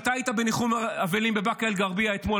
אתה היית בניחום אבלים בבאקה אל-גרבייה אתמול,